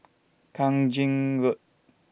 Kang Ching Road